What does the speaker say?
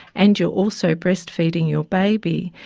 and you're also breastfeeding your baby,